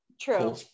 True